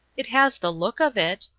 it has the look of it.